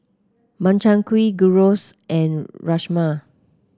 Makchang Gui Gyros and Rajma